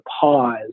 pause